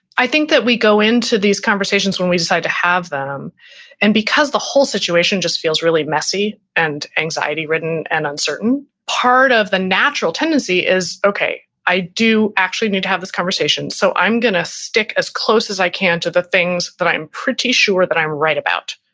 i think that we go into these conversations when we decided to have them and because the whole situation just feels really messy and anxiety written and uncertain. part of the natural tendency is, okay, i do actually need to have this conversation, so i'm going to stick as close as i can to the things that i'm pretty sure that i'm right about.